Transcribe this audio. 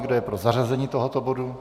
Kdo je pro zařazení tohoto bodu?